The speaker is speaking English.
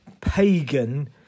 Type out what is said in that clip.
pagan